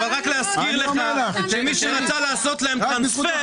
אבל רק להזכיר לך שמי שרצה לעשות להם טרנספר,